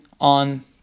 on